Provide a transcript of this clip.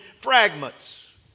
fragments